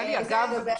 גלי, אגב,